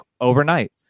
overnight